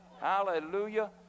hallelujah